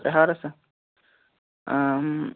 ترٛےٚ ہارٕس ہا